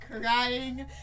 crying